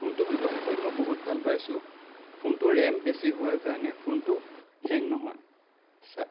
ফোনটো ব্যৱহাৰ কৰি মই বহুত ভাল পাইছোঁ ফোনটোৰ ৰেম বেছি হোৱাৰ কাৰণে ফোনটো হেং নহয়